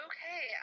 Okay